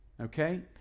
Okay